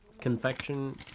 confection